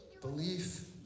belief